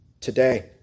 today